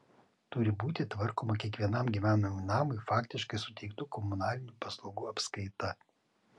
turi būti tvarkoma kiekvienam gyvenamajam namui faktiškai suteiktų komunalinių paslaugų apskaita